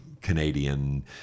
Canadian